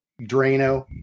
Drano